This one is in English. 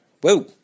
Whoa